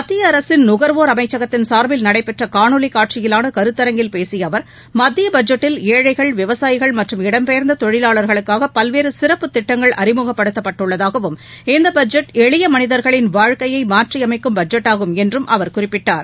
மத்திய அரசின் நுகா்வோா் அமைச்சகத்தின் சாா்பில் நடைபெற்ற காணொலி காட்சியிலான கருத்தரங்கில் பேசிய அவர் மத்திய பட்ஜெட்டில் ஏழைகள் விவசாயிகள் மற்றம் இடம் பெயர்ந்த தொழிலாளா்களுக்காக பல்வேறு சிறப்பு திட்டங்கள் அறிமுகப்படுத்தப்பட்டுள்ளதாகவும் இந்த பட்ஜெட் எளிய மனிதர்களின் வாழ்க்கையை மாற்றியமைக்கும் பட்ஜெட்டாகும் என்று அவர் குறிப்பிட்டார்